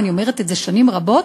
ואני אומרת את זה שנים רבות,